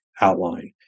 outline